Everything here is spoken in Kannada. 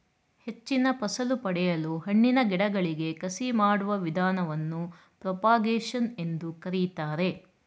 ಹೆಚ್ಚಿನ ಫಸಲು ಪಡೆಯಲು ಹಣ್ಣಿನ ಗಿಡಗಳಿಗೆ ಕಸಿ ಮಾಡುವ ವಿಧಾನವನ್ನು ಪ್ರೋಪಾಗೇಶನ್ ಎಂದು ಕರಿತಾರೆ